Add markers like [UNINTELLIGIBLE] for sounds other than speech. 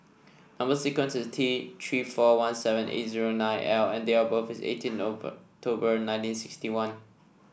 number sequence is T Three four one seven eight zero nine L and date of birth is eighteen [UNINTELLIGIBLE] nineteen sixty one